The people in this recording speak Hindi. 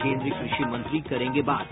केन्द्रीय कृषि मंत्री करेंगे बात